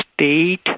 state